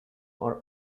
are